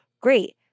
great